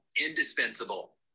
indispensable